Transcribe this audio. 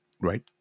right